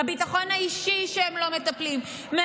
הביטחון האישי שהם לא מטפלים בו,